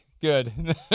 Good